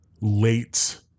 late